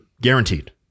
guaranteed